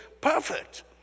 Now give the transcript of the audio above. perfect